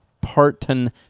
Parton